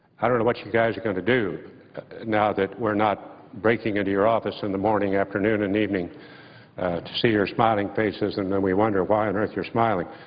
i don't know what you guys are going to do now that we're not breaking into your office in the morning, afternoon and evening to see your smiling faces and we wonder why on erlt you're smiling.